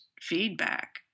feedback